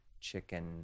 chicken